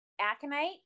Aconite